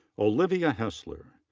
olivia hesler.